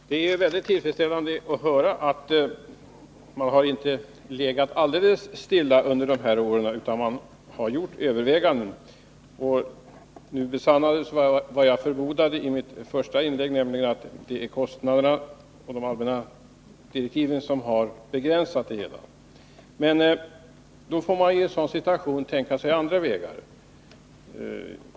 Herr talman! Det är väldigt intressant att höra att man inte legat alldeles stilla under de här åren utan har gjort överväganden. Nu besannades vad jag förmodade i mitt första inlägg, nämligen att det är kostnaderna och de allmänna direktiven som har begränsat det hela. I en sådan situation får man tänka sig andra vägar.